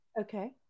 Okay